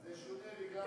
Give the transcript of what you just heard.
זה שונה לגמרי.